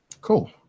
cool